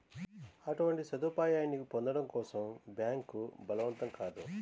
అటువంటి సదుపాయాన్ని పొందడం కోసం బ్యాంక్ బలవంతం కాదు